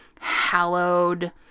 Hallowed